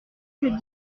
que